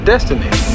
destiny